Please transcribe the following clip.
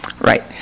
right